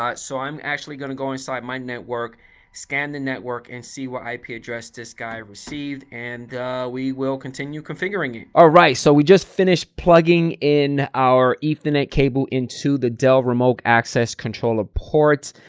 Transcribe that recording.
but so i'm actually going to go inside my network scan the network and see what ip address this guy received, and we will continue configuring. alright so we just finished plugging in our ethernet cable into the dell remote access controller port.